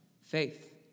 faith